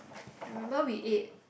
I remember we ate